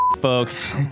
folks